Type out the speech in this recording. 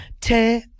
Te